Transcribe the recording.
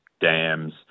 dams